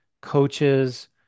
coaches